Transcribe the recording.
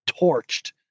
torched